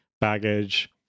baggage